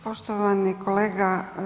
Poštovani kolega.